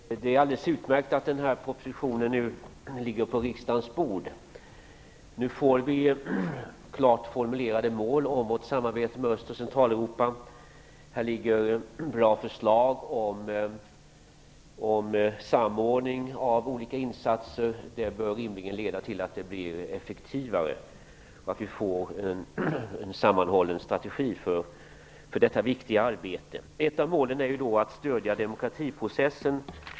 Herr talman! Det är alldeles utmärkt att Östeuropapropositionen nu ligger på riksdagens bord. Nu får vi klart formulerade mål för vårt samarbete med Östoch Centraleuropa. Här finns bra förslag om samordning av olika insatser. Det bör rimligen leda till att de blir effektivare, att vi får en sammanhållen strategi för detta viktiga arbete. Ett av målen är att stödja demokratiprocessen.